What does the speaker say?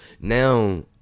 Now